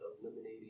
Eliminating